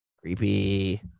Creepy